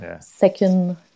second